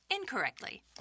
Incorrectly